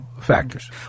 factors